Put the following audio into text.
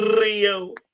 Rio